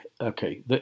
okay